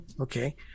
Okay